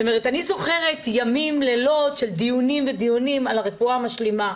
אני זוכרת ימים ולילות של דיונים על דיונים על הרפואה המשלימה,